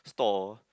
store